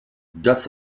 das